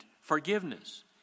forgiveness